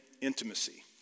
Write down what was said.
intimacy